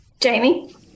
Jamie